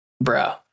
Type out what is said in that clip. bro